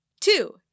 Two